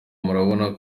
murabona